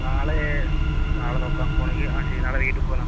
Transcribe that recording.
നാളെ നാളെ നോക്കാം പോകണമെങ്കിൽ ആ ശരി നാളെ വൈകീട്ട് പോവാം